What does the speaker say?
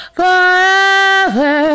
forever